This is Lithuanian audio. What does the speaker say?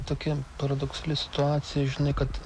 tokia paradoksali situacija žinai kad